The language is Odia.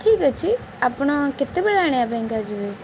ଠିକ୍ ଅଛି ଆପଣ କେତେବେଳେ ଆଣିବା ପାଇଁକା ଯିବେ